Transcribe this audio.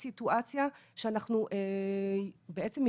הסתכלו להם בעיניים,